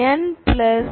n